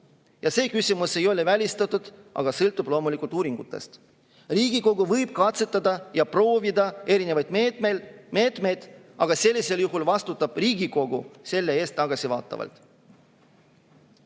See küsimus ei ole välistatud, aga sõltub loomulikult uuringutest. Riigikogu võib katsetada ja proovida erinevaid meetmeid, aga sellisel juhul vastutab Riigikogu selle eest tagasivaatavalt.